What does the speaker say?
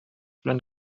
белән